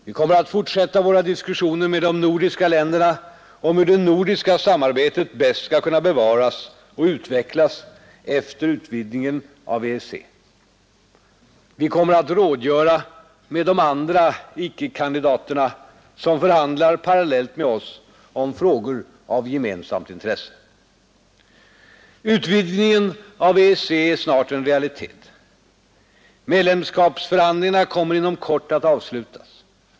Vi kommer att fortsätta våra diskussioner med de nordiska länderna om hur det nordiska samarbetet bäst skall kunna bevaras och utvecklas efter utvidgningen av EEC. Vi kommer att rådgöra med de andra icke-kandidaterna, som förhandlar parallellt med oss om frågor av gemensamt intresse. Utvidgningen av EEC är snart en realitet. Medlemskapsförhandlingarna kommer inom kort att avslutas.